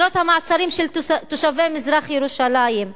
עשרות המעצרים של תושבי מזרח-ירושלים,